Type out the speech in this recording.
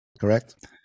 correct